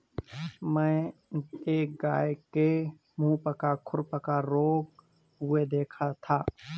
मैंने एक गाय के मुहपका खुरपका रोग हुए देखा था